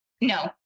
No